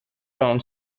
town